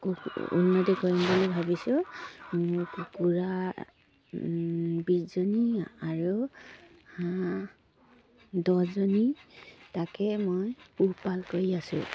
কু উন্নতি কৰিম বুলি ভাবিছোঁ মোৰ কুকুৰা বিছজনী আৰু হাঁহ দহজনী তাকে মই পোহপাল কৰি আছোঁ